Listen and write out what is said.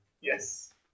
Yes